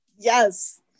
Yes